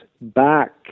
back